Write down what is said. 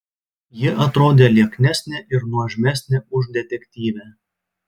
ji atrodė lieknesnė ir nuožmesnė už detektyvę